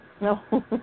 No